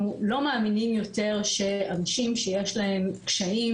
לא מאמינים יותר שאנשים שיש להם קשיים,